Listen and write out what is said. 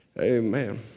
Amen